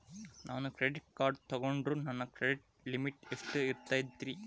ನಾನು credit card ತೊಗೊಂಡ್ರ ನನ್ನ ಕ್ರೆಡಿಟ್ ಲಿಮಿಟ್ ಎಷ್ಟ ಇರ್ತದ್ರಿ?